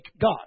God